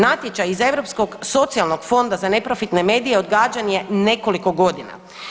Natječaj iz Europskog socijalnog fonda za neprofitne medije odgađan je nekoliko godina.